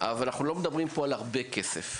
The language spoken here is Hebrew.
אבל אנחנו לא מדברים פה על הרבה כסף.